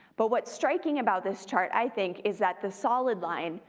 but what's striking about this chart i think is that the solid line,